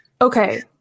Okay